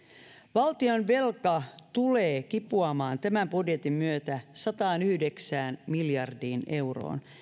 valtionvelka tulee kipuamaan tämän budjetin myötä sataanyhdeksään miljardiin euroon